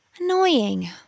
Annoying